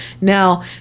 Now